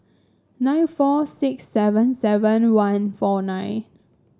nine four six seven seven one four nine